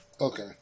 Okay